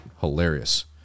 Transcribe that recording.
hilarious